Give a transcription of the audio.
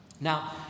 Now